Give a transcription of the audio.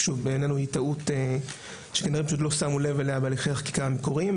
בעינינו היא טעות שכנראה פשוט לא שמו לב אליה בהליכי החקיקה המקוריים,